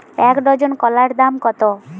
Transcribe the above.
এক ডজন কলার দাম কত?